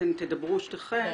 אתם תדברו שתיכן.